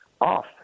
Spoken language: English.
off